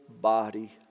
body